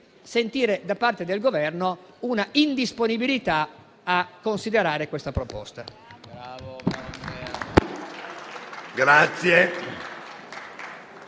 sentire da parte del Governo l'indisponibilità a considerare questa proposta.